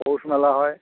পৌষ মেলা হয়